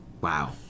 Wow